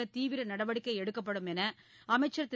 தனியார் தீவிர நடவடிக்கை எடுக்கப்படும் என்று அமைச்சர் திரு